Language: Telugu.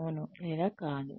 అవును లేదా కాదు